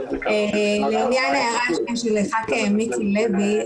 לעניין ההערה של חבר הכנסת מיקי לוי,